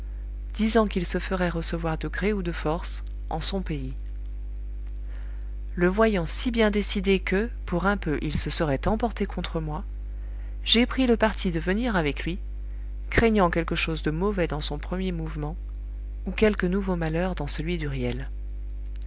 disant qu'il se ferait recevoir de gré ou de force en son pays le voyant si bien décidé que pour un peu il se serait emporté contre moi j'ai pris le parti de venir avec lui craignant quelque chose de mauvais dans son premier mouvement ou quelque nouveau malheur dans celui